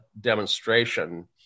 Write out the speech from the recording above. demonstration